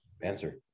answer